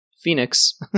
Phoenix